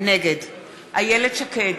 נגד איילת שקד,